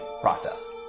process